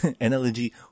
analogy